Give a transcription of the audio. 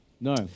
No